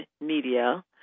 media